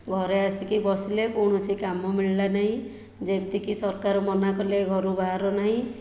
ଘରେ ଆସିକି ବସିଲେ କୌଣସି କାମ ମିଳିଲା ନାହିଁ ଯେମିତିକି ସରକାର ମନା କଲେ ଘରୁ ବାହାର ନାହିଁ